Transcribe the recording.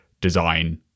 design